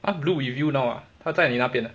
ah blue with you now ah 他在你那边 ah